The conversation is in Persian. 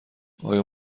آیا